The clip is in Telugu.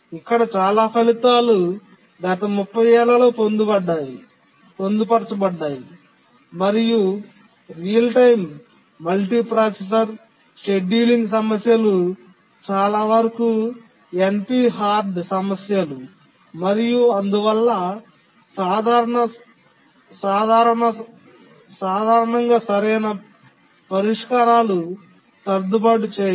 ఇక్కడ చాలా ఫలితాలు గత 30 ఏళ్లలో పొందబడ్డాయి మరియు రియల్ టైమ్ మల్టీప్రాసెసర్ షెడ్యూలింగ్ సమస్యలు చాలా వరకు NP హార్డ్ సమస్యలు మరియు అందువల్ల సాధారణ సరైన పరిష్కారాలు సర్దుబాటు చేయవు